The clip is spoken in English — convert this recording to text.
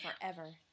forever